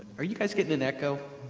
are you guys getting an echo,